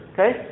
Okay